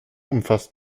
umfasst